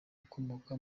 ukomoka